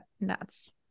nuts